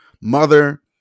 mother